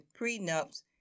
prenups